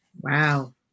Wow